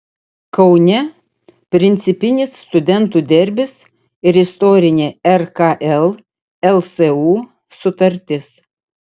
kaune principinis studentų derbis ir istorinė rkl lsu sutartis